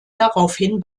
daraufhin